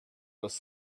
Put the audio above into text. was